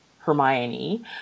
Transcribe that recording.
Hermione